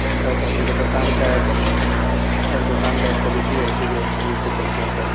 سر sir میرے دکان کا ایک سر دکان کا ایک پالیسی ہے اسی کے رول سے چلتے ہیں سر